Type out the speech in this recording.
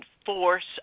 enforce